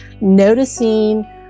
noticing